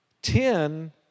Ten